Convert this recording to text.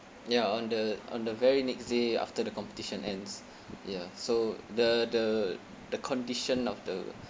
ya on the on the very next day after the competition ends ya so the the the condition of the